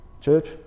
Church